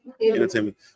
Entertainment